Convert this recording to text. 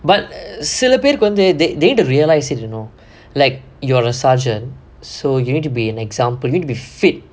but சில பேருக்கு வந்து:sila perukku vanthu they they need to realise it you know like you're a sergeant so you need to be an example you need to be fit